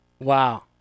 Wow